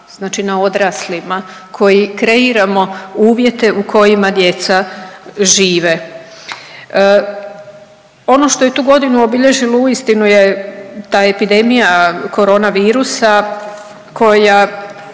Znači na odraslima koji kreiramo uvjete u kojima djeca žive. Ono što je tu godinu obilježilo uistinu je ta epidemija korona virusa koja